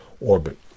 orbit